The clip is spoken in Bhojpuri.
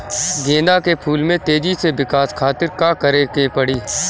गेंदा के फूल में तेजी से विकास खातिर का करे के पड़ी?